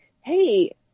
hey